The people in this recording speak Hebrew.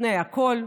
לפני הכול.